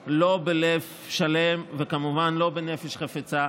לא בלב שלם וכמובן שלא בנפש חפצה,